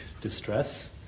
distress